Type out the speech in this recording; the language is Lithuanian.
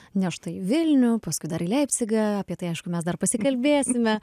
nešta į vilnių paskui dar į leipcigą apie tai aišku mes dar pasikalbėsime